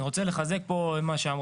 אני רוצה לחזק פה את מה שאמר